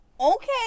Okay